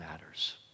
matters